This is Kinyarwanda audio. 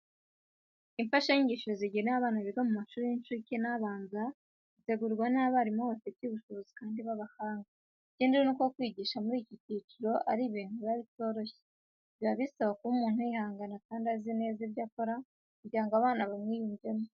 Imfashanyigisho zigenewe abana biga mu mashuri y'incuke n'abanza zitegurwa n'abarimu babifitiye ubushobozi kandi b'abahanga. Ikindi nuko kwigisha muri iki cyiciro ari ibintu biba bitoroshye, biba bisaba kuba umuntu yihangana kandi azi ibyo akora kugira ngo abana bamwiyumvemo.